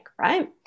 right